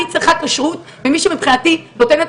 אני צריכה כשרות ומי שמבחינתי נותן את